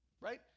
right